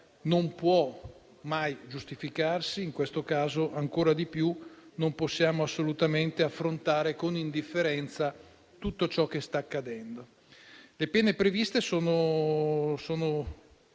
non può mai giustificarsi, in questo caso ancora di più, e non possiamo assolutamente affrontare con indifferenza tutto ciò che sta accadendo. Le pene previste sono